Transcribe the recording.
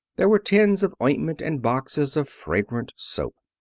there were tins of ointment and boxes of fragrant soap.